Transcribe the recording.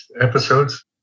episodes